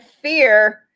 fear